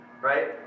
right